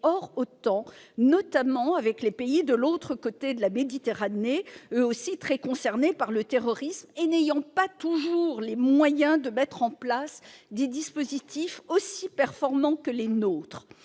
hors de l'OTAN, notamment avec les pays se situant de l'autre côté de la Méditerranée. Ces pays sont eux aussi très concernés par le terrorisme et n'ont pas toujours les moyens de mettre en place des dispositifs aussi performants que les nôtres.